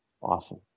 Awesome